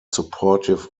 supportive